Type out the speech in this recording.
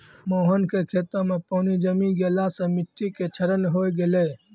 मोहन के खेतो मॅ पानी जमी गेला सॅ मिट्टी के क्षरण होय गेलै